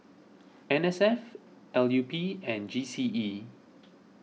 N S F L U P and G C E